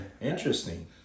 interesting